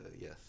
Yes